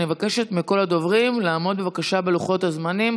אני מבקשת מכל הדוברים לעמוד בבקשה בלוחות הזמנים.